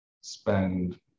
spend